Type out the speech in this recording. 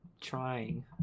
trying